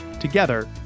together